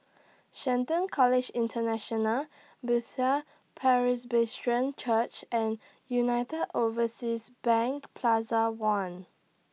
Shelton College International Bethel Presbyterian Church and United Overseas Bank Plaza one